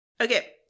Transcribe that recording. Okay